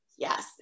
Yes